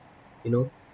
you know